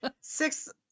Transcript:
six